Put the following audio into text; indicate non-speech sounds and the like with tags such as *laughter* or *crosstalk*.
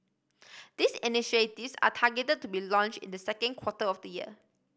these *unintelligible* are targeted to be launch in the second quarter of the year